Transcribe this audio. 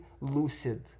lucid